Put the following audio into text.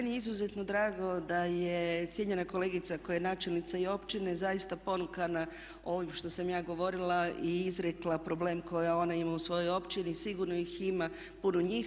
Meni je izuzetno drago da je cijenjena kolegica koja je načelnica i općine zaista ponukana ovim što sam ja govorila i izrekla problem koji ona ima u svojoj općini i sigurno ih ima puno njih.